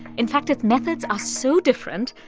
in fact, its methods are so different,